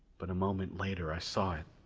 but a moment later i saw it,